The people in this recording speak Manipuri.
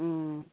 ꯎꯝ